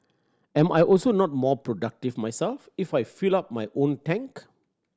am I also not more productive myself if I filled up my own tank